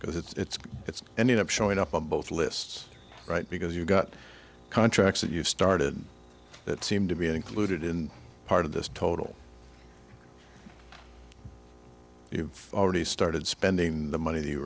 because it's it's ended up showing up on both lists right because you've got contracts that you've started that seem to be included in part of this total you've already started spending the money